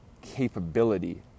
capability